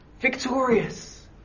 victorious